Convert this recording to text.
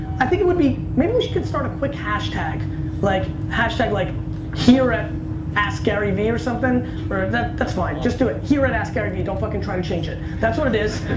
i think it would be. may be you should start quick hash tag like, hash tag like here at askgaryvee or something or that's fine, just do it. here at askgaryvee, don't fucking trying to change it. that's what it is.